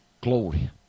glory